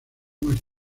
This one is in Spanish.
muerte